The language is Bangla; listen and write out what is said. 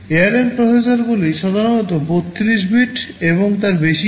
ARM প্রসেসরগুলি সাধারণত 32 bit এবং তার বেশি হয়